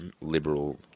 liberal